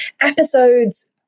episodes